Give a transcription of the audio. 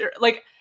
like-